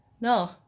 No